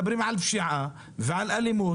ומדברים על פשיעה ועל אלימות